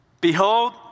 Behold